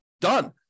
Done